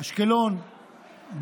באשקלון,